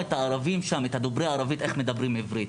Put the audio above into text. איך הערבים דוברי הערבית מדברים עברית.